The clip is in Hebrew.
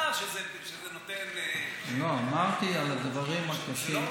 לא, שזה נותן, לא, אמרתי על הדברים הקשים.